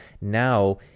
now